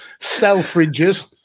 Selfridges